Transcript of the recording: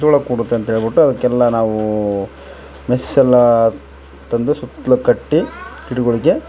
ಧೂಳು ಕೂಡುತೆ ಅಂತ ಹೇಳಿಬಿಟ್ಟು ಅದೆಕೆಲ್ಲಾ ನಾವೂ ಮೆಸ್ಸೆಲ್ಲ ತಂದು ಸುತ್ತಲು ಕಟ್ಟಿ ಗಿಡುಗಳ್ಗೆ